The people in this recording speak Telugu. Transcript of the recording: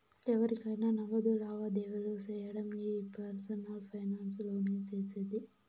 ఎవురికైనా నగదు లావాదేవీలు సేయడం ఈ పర్సనల్ ఫైనాన్స్ లోనే సేసేది